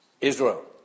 Israel